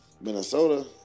Minnesota